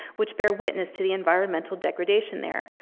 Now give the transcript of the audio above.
which bear witness to the environmental degradation there,